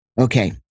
Okay